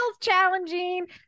challenging